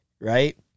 right